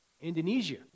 Indonesia